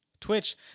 Twitch